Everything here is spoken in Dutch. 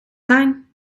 zijn